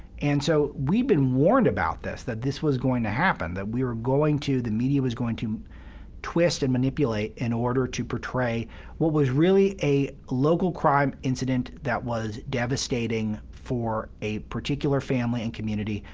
and so we've been warned about this, that this was going to happen, that we were going to the media was going to twist and manipulate in order to portray what was really a local crime incident that was devastating for a particular family and community,